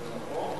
זה נכון?